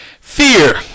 fear